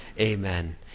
Amen